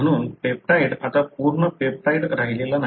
म्हणून पेप्टाइड आता पूर्ण पेप्टाइड राहिलेला नाही